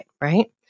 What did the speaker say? Right